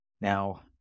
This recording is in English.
Now